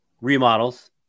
remodels